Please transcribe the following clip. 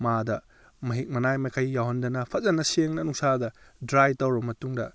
ꯃꯥꯗ ꯃꯍꯤꯛ ꯃꯅꯥꯏ ꯃꯈꯩ ꯌꯥꯎꯍꯟꯗꯅ ꯐꯖꯅ ꯁꯦꯡꯅ ꯅꯨꯡꯁꯥꯗ ꯗ꯭ꯔꯥꯏ ꯇꯧꯔꯕ ꯃꯇꯨꯡꯗ